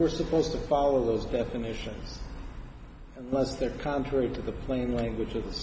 we're supposed to follow those definitions plus they're contrary to the plain language